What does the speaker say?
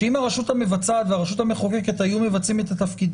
שאם הרשות המבצעת והרשות המחוקקת היו מבצעים את התפקיד